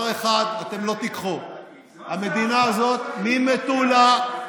מה זה "עזר"?